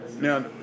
Now